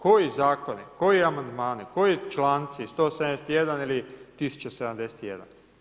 Koji zakoni, koji amandmani, koji članci 171 ili 1071?